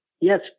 Yes